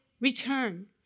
return